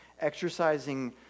exercising